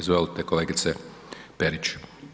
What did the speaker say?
Izvolite kolegice Perić.